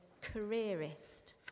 careerist